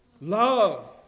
love